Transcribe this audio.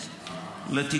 שנתת לי מהזמן שלך.